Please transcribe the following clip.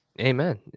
Amen